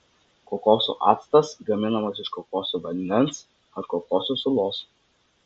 kokosų actas gaminamas iš kokosų vandens ar kokosų sulos